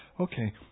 Okay